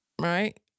Right